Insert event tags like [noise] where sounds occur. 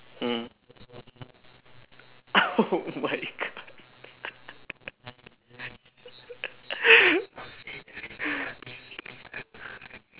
mm oh my god [laughs]